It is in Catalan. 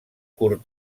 curt